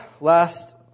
last